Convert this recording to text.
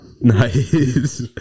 Nice